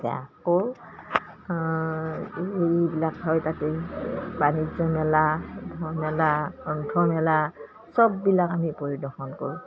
তে আকৌ এইবিলাক হয় তাতেই বাণিজ্য মেলাৰ মেলা গ্ৰন্থ মেলা চববিলাক আমি পৰিদৰ্শন কৰোঁ